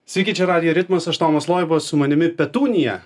sykį sveiki čia radijo ritmas aš tomas loiba su manimi petunija